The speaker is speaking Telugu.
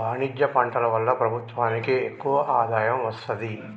వాణిజ్య పంటల వల్ల ప్రభుత్వానికి ఎక్కువ ఆదాయం వస్తది